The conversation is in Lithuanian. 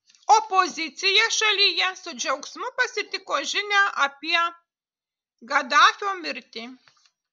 opozicija šalyje su džiaugsmu pasitiko žinią apie gaddafio mirtį